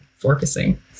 focusing